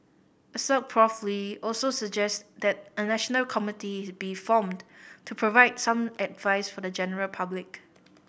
assoc Prof Lee also suggests that a national committee is be formed to provide some advice for the general public